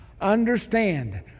Understand